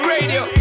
Radio